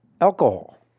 alcohol